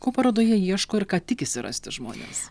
ko parodoje ieško ir ką tikisi rasti žmonės